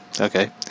okay